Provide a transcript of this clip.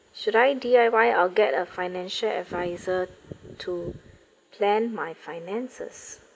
should I D_I_Y or get a financial adviser to plan my finances